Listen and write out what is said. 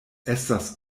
estas